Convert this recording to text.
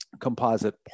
composite